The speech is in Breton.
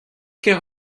ket